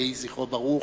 יהי זכרו ברוך.